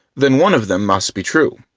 then one of them must be true.